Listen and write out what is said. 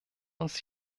uns